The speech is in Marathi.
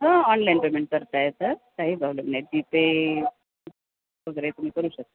हां ऑनलाईन पेमेंट करता येतं काही प्रॉब्लेम नाही जीपे वगैरे तुम्ही करू शकता